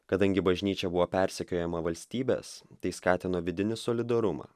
kadangi bažnyčia buvo persekiojama valstybės tai skatino vidinį solidarumą